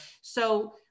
So-